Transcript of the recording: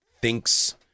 thinks